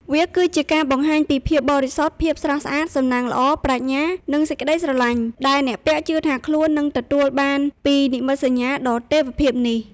វាគឺជាការបង្ហាញពី ភាពបរិសុទ្ធ ភាពស្រស់ស្អាត សំណាងល្អ ប្រាជ្ញា និង សេចក្តីស្រឡាញ់ ដែលអ្នកពាក់ជឿថាខ្លួននឹងទទួលបានពីនិមិត្តសញ្ញាដ៏ទេវភាពនេះ។